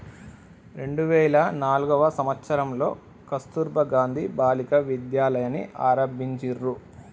రెండు వేల నాల్గవ సంవచ్చరంలో కస్తుర్బా గాంధీ బాలికా విద్యాలయని ఆరంభించిర్రు